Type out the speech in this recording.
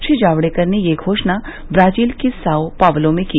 श्री जावड़ेकर ने ये घोषणा ब्राजील के साओ पावलो में की